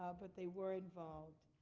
ah but they were involved.